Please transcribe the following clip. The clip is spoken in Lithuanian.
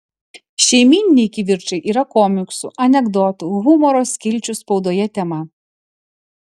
šeimyniniai kivirčai yra komiksų anekdotų humoro skilčių spaudoje tema